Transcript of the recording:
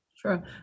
Sure